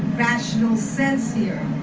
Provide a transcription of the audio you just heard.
rational sense here.